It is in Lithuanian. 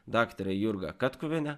daktare jurga katkuvienė